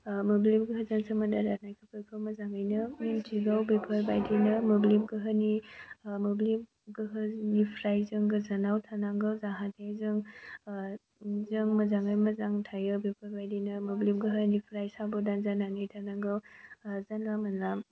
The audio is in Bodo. मोब्लिब गोहोजों सोमोन्दो लानायफोरखौ मोजाङै मिन्थिगौ बेफोरबायदिनो मोब्लिब गोहोनि मोब्लिब गोहोनिफ्राय जों गोजानाव थानांगौ जाहाथे जों मोजाङै मोजां थायो बेफोरबायदिनो मोब्लिब गोहोनिफ्राय साबधान जानानै थानांगौ जानला मानला